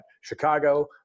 Chicago